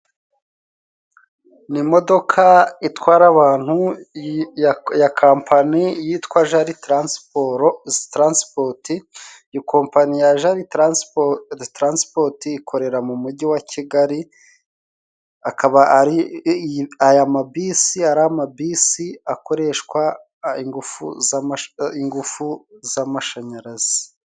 Ni imodoka itwara abantu ya kampani yitwa Jari taransiporo taransipoti, iyo kompanyi ya Jali taransipo taransipoti ikorera mu mujyi wa Kigali akaba ari aya mabisi ariya mabisi, akoreshwa ingufu ingufu z'amashanyarazi.